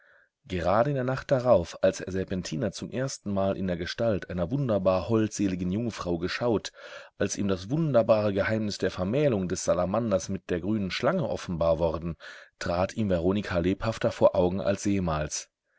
gerade in der nacht darauf als er serpentina zum erstenmal in der gestalt einer wunderbar holdseligen jungfrau geschaut als ihm das wunderbare geheimnis der vermählung des salamanders mit der grünen schlange offenbar worden trat ihm veronika lebhafter vor augen als jemals